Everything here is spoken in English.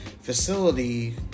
facility